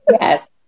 yes